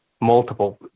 multiple